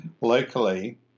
locally